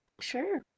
sure